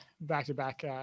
back-to-back